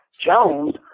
Jones